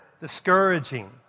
discouraging